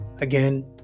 Again